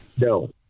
No